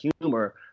humor